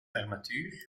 armatuur